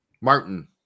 Martin